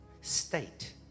state